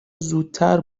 زودتر